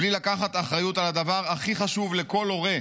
בלי לקחת אחריות על הדבר הכי חשוב לכל הורה,